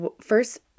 First